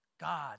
God